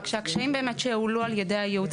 רק שהקשיים באמת שהועלו על ידי הייעוץ